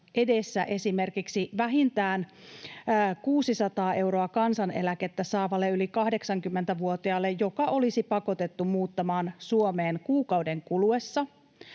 edessä esimerkiksi vähintään 600 euroa kansaneläkettä saavalle yli 80-vuotiaalle, joka olisi pakotettu muuttamaan Suomeen kuukauden kuluessa,